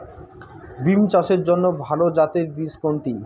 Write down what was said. বিম চাষের জন্য ভালো জাতের বীজ কোনটি?